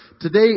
today